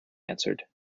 answered